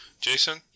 Jason